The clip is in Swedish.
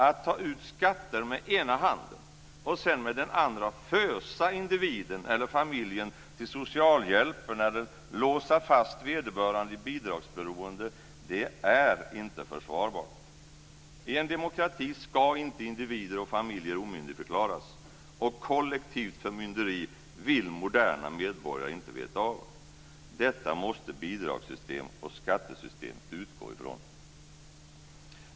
Att ta ut skatter med ena handen och sedan med den andra fösa individen eller familjen till socialhjälpen eller låsa fast vederbörande i bidragsberoende är inte försvarbart. I en demokrati ska inte individer och familjer omyndigförklaras, och kollektivt förmynderi vill moderna medborgare inte veta av. Detta måste bidragssystem och skattesystem utgå ifrån.